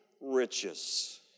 riches